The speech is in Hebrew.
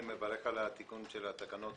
אני מברך על התיקון של התקנות,